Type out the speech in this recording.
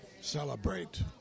Celebrate